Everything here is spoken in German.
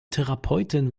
therapeutin